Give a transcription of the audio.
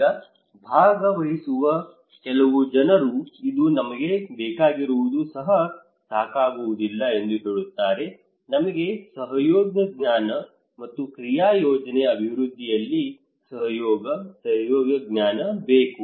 ಈಗ ಭಾಗವಹಿಸುವಕ ಕೆಲವು ಜನರು ಇದು ನಮಗೆ ಬೇಕಾಗಿರುವುದು ಸಹ ಸಾಕಾಗುವುದಿಲ್ಲ ಎಂದು ಹೇಳುತ್ತಾರೆ ನಮಗೆ ಸಹಯೋಗ ಜ್ಞಾನ ಮತ್ತು ಕ್ರಿಯಾ ಯೋಜನೆ ಅಭಿವೃದ್ಧಿಯಲ್ಲಿ ಸಹಯೋಗ ಸಹಯೋಗ ಜ್ಞಾನ ಬೇಕು